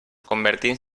convertint